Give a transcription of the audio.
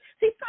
See